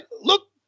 look